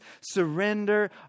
surrender